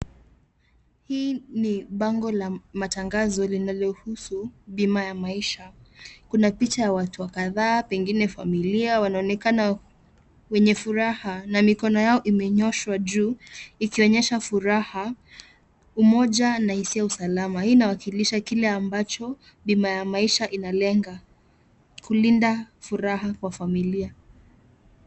Hii ni bango la matangazo linalohusu bima ya maisha. Kuna picha ya watu kadhaa, pengine familia, wanaonekana wenye furaha na mikono yao imenyooshwa juu ikionyesha furaha, umoja na hisia ya usalama. Hii inawakilisha kile ambacho bima ya maisha inalenga kulinda furaha kwa familia.